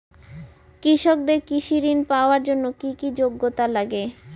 কৃষকদের কৃষি ঋণ পাওয়ার জন্য কী কী যোগ্যতা লাগে?